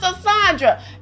Sandra